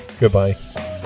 Goodbye